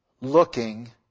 looking